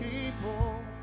people